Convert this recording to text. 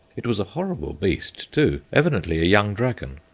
it was a horrible beast, too evidently a young dragon.